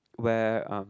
where um